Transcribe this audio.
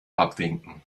abwinken